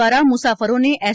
દ્વારા મુસાફરોને એસ